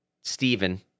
Stephen